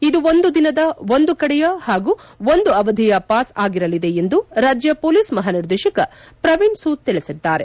ಇದು ಒಂದು ದಿನದ ಒಂದು ಕಡೆಯ ಹಾಗೂ ಒಂದು ಅವಧಿಯ ಪಾಸ್ ಆಗಿರಲಿದೆ ಎಂದು ರಾಜ್ಯ ಪೊಲೀಸ್ ಮಹಾನಿರ್ದೇಶಕ ಪ್ರವೀಣ್ ಸೂದ್ ತಿಳಿಸಿದ್ದಾರೆ